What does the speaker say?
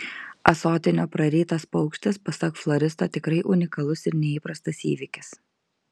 ąsotinio prarytas paukštis pasak floristo tikrai unikalus ir neįprastas įvykis